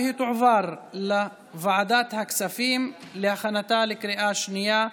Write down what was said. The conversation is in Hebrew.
והיא תועבר לוועדת הכספים להכנתה לקריאה שנייה ושלישית.